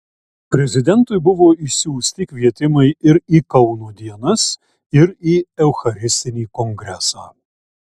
prezidentui buvo išsiųsti kvietimai ir į kauno dienas ir į eucharistinį kongresą